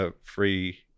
free